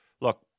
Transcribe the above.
Look